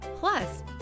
Plus